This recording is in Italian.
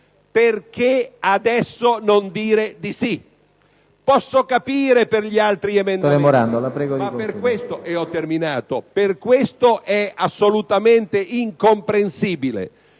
perché adesso non dire di sì? Posso capire per gli altri emendamenti, ma per questo è assolutamente incomprensibile.